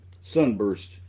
Sunburst